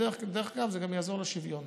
דרך אגב, זה יעזור גם לשוויון.